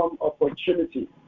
opportunity